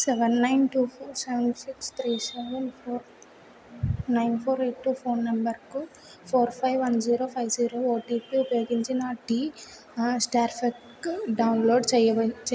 seven nine two four seven six three seven four nine four eight two phone నంబర్కు four five one zero five zero OTP ఉపయోగించి నా టీ స్టార్ఫక్ download చెయ్య